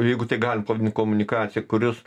jeigu tai galim pavadint komunikacija kuris